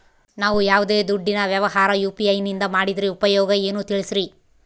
ನಾವು ಯಾವ್ದೇ ದುಡ್ಡಿನ ವ್ಯವಹಾರ ಯು.ಪಿ.ಐ ನಿಂದ ಮಾಡಿದ್ರೆ ಉಪಯೋಗ ಏನು ತಿಳಿಸ್ರಿ?